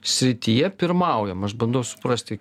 srityje pirmaujam aš bandau suprasti